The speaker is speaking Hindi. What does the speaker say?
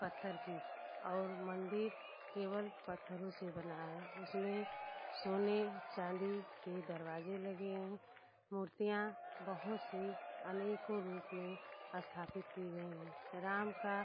पत्थर की और मंदिर केवल पत्थरों से बना है उसमें सोने चाँदी के दरवाजे लगे हैं मूर्तियाँ बहुत से अनेकों रूप में स्थापित की गई हैं राम का